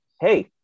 hey